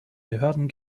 behörden